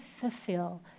fulfill